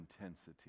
intensity